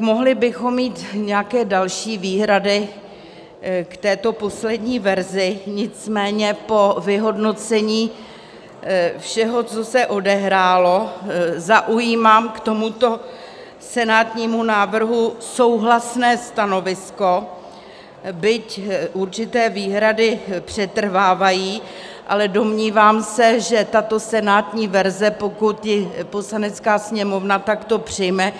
Mohli bychom mít nějaké další výhrady k této poslední verzi, nicméně po vyhodnocení všeho, co se odehrálo, zaujímám k tomuto senátnímu návrhu souhlasné stanovisko, byť určité výhrady přetrvávají, ale domnívám se, že tato senátní verze, pokud ji Poslanecká sněmovna takto přijme,